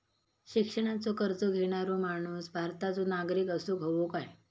शिक्षणाचो कर्ज घेणारो माणूस भारताचो नागरिक असूक हवो काय?